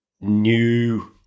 new